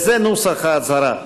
וזה נוסח ההצהרה: